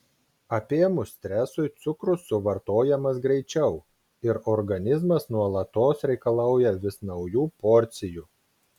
apėmus stresui cukrus suvartojamas greičiau ir organizmas nuolatos reikalauja vis naujų porcijų